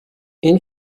این